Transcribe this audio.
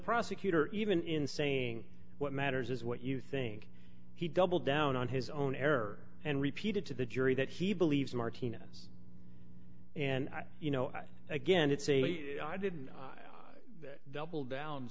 prosecutor even in saying what matters is what you think he doubled down on his own error and repeated to the jury that he believes martinez and i you know again it's a i didn't i i double down